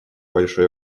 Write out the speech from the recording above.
большое